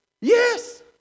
Yes